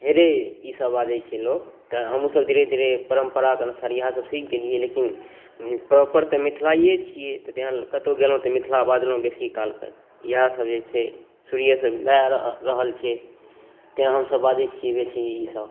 हे रे ईसभ बाजैत छै लोक तऽ हमहूँसभ धीरे धीरे एहि परम्पराके अनुसार इएहसभ सीख गेलियै लेकिन प्रॉपर तऽ मिथिलाए छियै कतहु गेलहुँ तऽ मिथिला बजलहुँ बेसीकालके इएहसभ जे छै शुरुएसँ भए रहल छै तेँ हमसभ बाजैत छी बेसी ईसभ